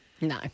No